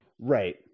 Right